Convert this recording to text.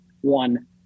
One